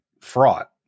fraught